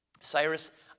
Cyrus